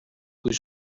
kui